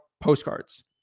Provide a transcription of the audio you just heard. postcards